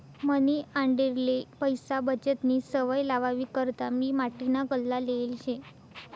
मनी आंडेरले पैसा बचतनी सवय लावावी करता मी माटीना गल्ला लेयेल शे